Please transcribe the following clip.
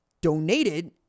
donated